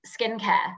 skincare